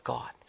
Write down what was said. God